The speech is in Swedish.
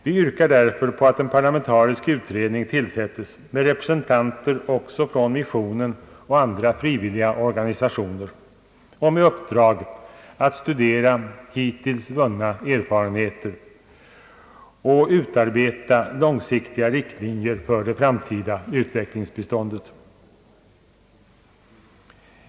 Vi yrkar därför på att en parlamentarisk utredning tillsättes med representanter också för missionen och andra frivilliga organisationer och med uppdrag att studera hittills vunna erfarenheter samt utarbeta långsiktiga riktlinjer för det framtida utvecklingsbiståndet.